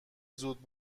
زود